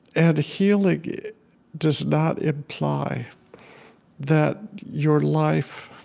and healing does not imply that your life